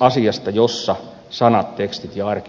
asiasta jossa sanat tekstit ja arki eivät kohtaa